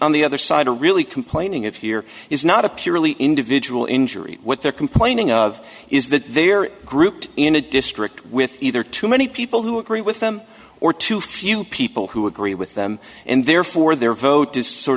on the other side are really complaining of here is not a purely individual injury what they're complaining of is that they are grouped in a district with either too many people who agree with them or too few people who agree with them and therefore their vote is sort